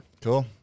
Cool